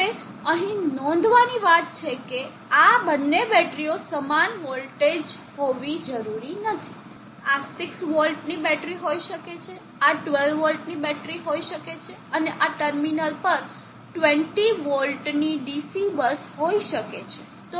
હવે અહીં નોંધવાની વાત એ છે કે આ બંને બેટરીઓ સમાન વોલ્ટેજ હોવી જરૂરી નથી આ 6 વોલ્ટની બેટરી હોઈ શકે છે આ 12 વોલ્ટની બેટરી હોઈ શકે છે અને આ ટર્મિનલ પર 20 વોલ્ટની ડીસી બસ હોઈ શકે છે